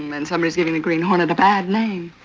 um and somebody's giving the green hornet a bad name.